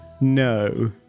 No